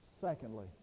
Secondly